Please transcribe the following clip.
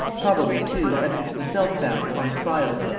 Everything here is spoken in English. probably, too, essex himself found, on trial,